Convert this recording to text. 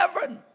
heaven